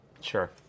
Sure